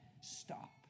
Stop